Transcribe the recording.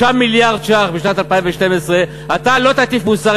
3 מיליארד ש"ח בשנת 2012. אתה לא תטיף מוסר,